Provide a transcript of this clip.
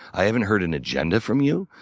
i haven't heard an agenda from you.